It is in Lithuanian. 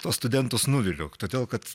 tuos studentus nuviliu todėl kad